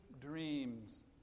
dreams